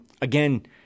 again